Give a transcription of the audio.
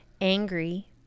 angry